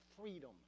freedom